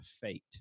fate